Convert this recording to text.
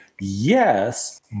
yes